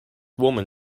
woman